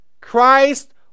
Christ